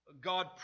God